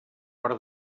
per